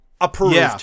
Approved